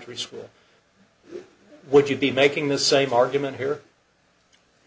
dietary school would you be making the same argument here